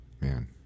man